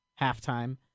halftime